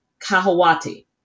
Kahawati